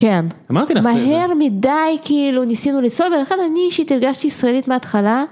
כן. אמרתי לך. מהר מדי כאילו ניסינו לצעוד ולכן אני אישית הרגשתי ישראלית מההתחלה.